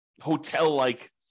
hotel-like